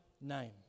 name